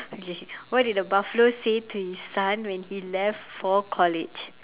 okay what did the buffalo say to his son when he left for college